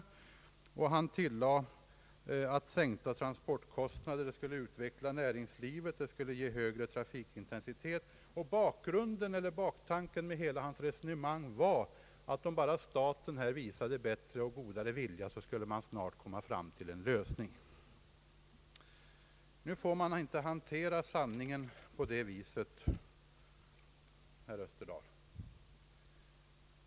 Han tillade att sänkta transportkostnader skulle utveckla nä ringslivet, ge högre trafikintensitet o.s.v... och bakgrunden till — eller baktanken med — hela hans resone mang var att om bara staten visade mer av god vilja skulle man snart komma fram till en lösning. Man får inte hantera sanningen på det viset, herr Österdahl.